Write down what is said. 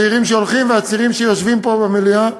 הצעירים שהולכים והצעירים שיושבים פה במליאה,